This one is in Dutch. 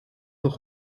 nog